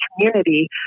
community